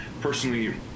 personally